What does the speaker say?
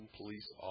police